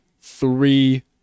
three